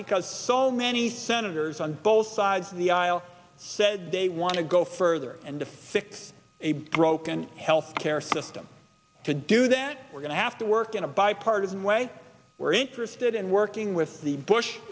because so many senators on both sides of the aisle said they want to go further and to fix a broken health care system to do that we're going to have to work in a bipartisan way we're interested in working with the bush